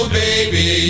baby